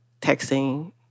texting